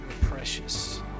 precious